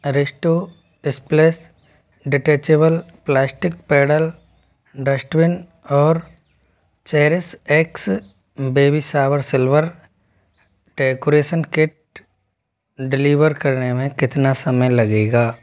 Aristo splash detachable plastic pedal dustbin और Cherish X baby shower silver decoration kit deliver करने में कितना समय लगेगा